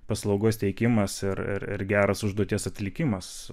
paslaugos teikimas ir ir geras užduoties atlikimas